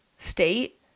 state